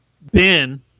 Ben